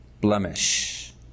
blemish